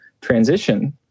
transition